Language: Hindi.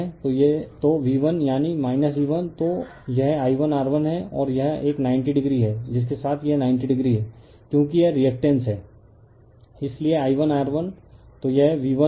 तो V1 यानी E1 तो यह I1R1 है और यह एक 90 डिग्री है जिसके साथ यह 90 डिग्री है क्योंकि यह रिएक्टेंस है इसलिए I1R1 तो यह V1 है